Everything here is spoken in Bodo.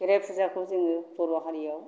खेराइ फुजाखौ जोङो बर' हारिआव